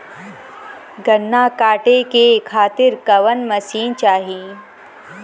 गन्ना कांटेके खातीर कवन मशीन चाही?